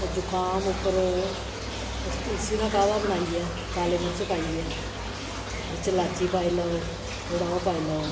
ते जुकाम उप्पर तुस तुलसी दा काह्वा बनाइयै काले मर्च पाइयै बिच इलाची पाई लैओ थोह्ड़ा ओह् पाई लैओ